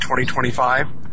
2025